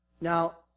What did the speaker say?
Now